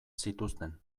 zituzten